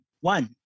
one